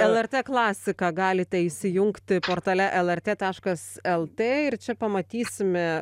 lrt klasiką galite įsijungti portale lrt taškas lt ir čia pamatysime